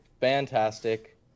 fantastic